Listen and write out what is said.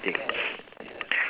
~thing